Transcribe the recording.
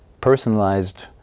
personalized